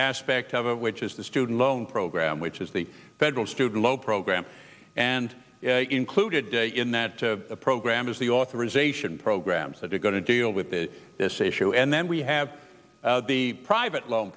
aspect of it which is the student loan program which is the federal student loan program and included in that program is the authorization programs that are going to deal with this issue and then we have the private loan